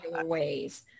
ways